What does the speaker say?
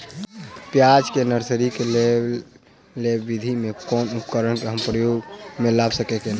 प्याज केँ नर्सरी केँ लेल लेव विधि म केँ कुन उपकरण केँ हम उपयोग म लाब आ केना?